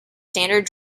standard